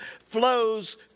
flows